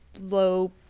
low